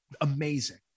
amazing